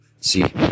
See